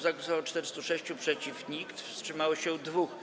Za głosowało 406, przeciw - nikt, wstrzymało się 2.